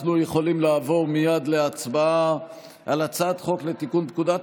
אנחנו יכולים לעבור מייד להצבעה על הצעת חוק לתיקון פקודת